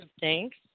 Thanks